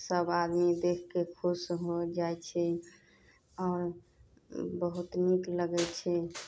सब आदमी देख कऽ खुश हो जाइ छै आओर बहुत नीक लगै छै